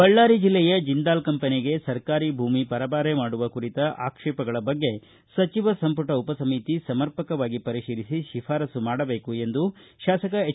ಬಳ್ಳಾರಿ ಜಿಲ್ಲೆಯ ಜಿಂದಾಲ್ ಕಂಪೆನಿಗೆ ಸರ್ಕಾರಿ ಭೂಮಿ ಪರಭಾರೆ ಮಾಡುವ ಕುರಿತ ಆಕ್ಷೇಪಗಳ ಬಗ್ಗೆ ಸಚಿವ ಸಂಪುಟ ಉಪ ಸಮಿತಿ ಸಮರ್ಪಕವಾಗಿ ಪರಿಶೀಲಿಸಿ ಶಿಫಾರಸು ಮಾಡಬೇಕು ಎಂದು ಮಾಜಿ ಸಚಿವ ಎಚ್